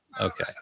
Okay